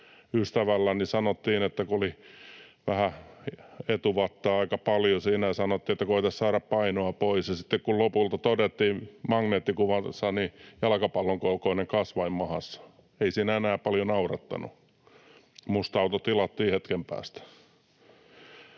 ystävälleni, kun oli vähän etuvatsaa siinä, aika paljon, sanottiin, että koeta saada painoa pois, ja sitten lopulta todettiin magneettikuvassa jalkapallon kokoinen kasvain mahassa. Ei siinä enää paljon naurattanut. Musta auto tilattiin hetken päästä.